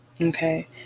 Okay